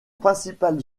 principale